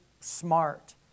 smart